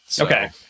Okay